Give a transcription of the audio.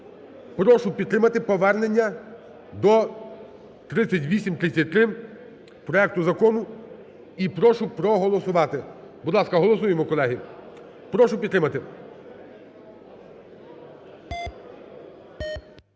Прошу підтримати повернення до 3833 проекту закону і прошу проголосувати. Будь ласка, голосуємо, колеги. Прошу підтримати.